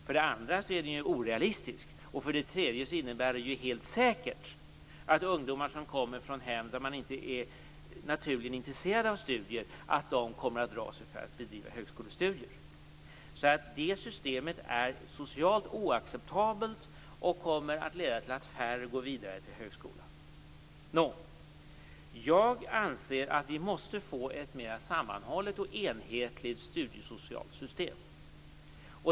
För det andra är den orealistisk. För det tredje innebär den helt säkert att ungdomar som kommer från hem där man inte naturligt är intresserad av studier kommer att dra sig för att bedriva högskolestudier. Det systemet är socialt oacceptabelt och kommer att leda till att färre går vidare till högskolan. Nå, jag anser att vi måste få ett mer sammanhållet och enhetligt studiesocialt system.